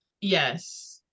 Yes